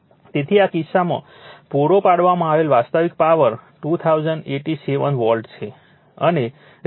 તેથી આ કિસ્સામાં પૂરો પાડવામાં આવેલ વાસ્તવિક પાવર 2087 વોટ છે અને રિએક્ટિવ પાવર 834